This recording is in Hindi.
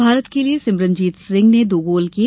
भारत के लिए सिमरनजीत सिंह ने दो गोल किए